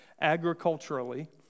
agriculturally